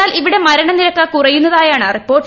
എന്നാൽ ഇവിടെ മരണനിരക്ക് കുറയുന്നതായാണ് റിപ്പോർട്ട്